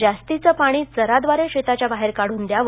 जास्तीचे पाणी चराद्वारे शेताच्या बाहेर काढून द्यावे